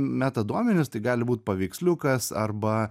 metaduomenis tai gali būt paveiksliukas arba